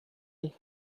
have